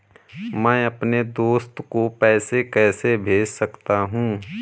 मैं अपने दोस्त को पैसे कैसे भेज सकता हूँ?